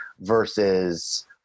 versus